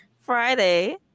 Friday